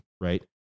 right